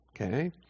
Okay